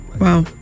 wow